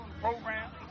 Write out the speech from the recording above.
program